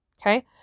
Okay